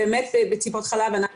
אנחנו